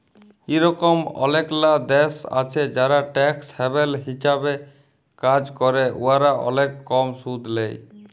ইরকম অলেকলা দ্যাশ আছে যারা ট্যাক্স হ্যাভেল হিসাবে কাজ ক্যরে উয়ারা অলেক কম সুদ লেই